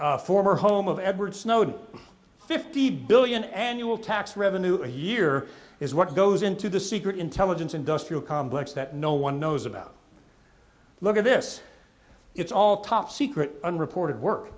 former home of edward snowden fifty billion annual tax revenue a year is what goes into the secret intelligence industrial complex that no one knows about look at this it's all top secret unreported work